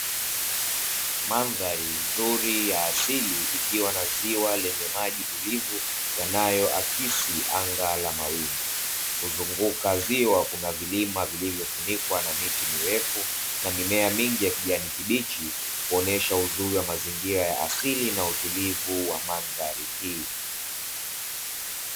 Mandhari nzuri ya asili ikiwa na ziwa lenye maji tulivu yanayo akisi anga la mawingu, kuzunguka ziwa kuna vilima vilivyofunikwa na miti mirefu na mimea mingi ya kijani kibichi kuonesha uzuri wa mazingira ya asili na utulivu wa mandhari hii.